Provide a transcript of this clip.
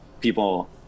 people –